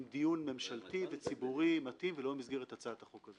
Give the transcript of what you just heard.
עם דיון ממשלתי וציבורי מתאים ולא במסגרת הצעת החוק הזו.